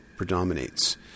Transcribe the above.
predominates